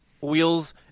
wheels